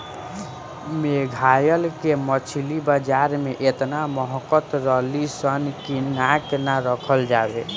मेघालय के मछली बाजार में एतना महकत रलीसन की नाक ना राखल जाओ